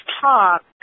talk